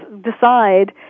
decide